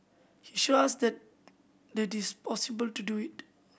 he show us that the it is possible to do it